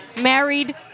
married